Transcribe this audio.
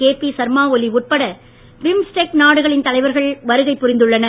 KP Sharma Oli உட்பட BIMSTEC நாடுகளின் தலைவர்கள் வருகை புரிந்துள்ளனர்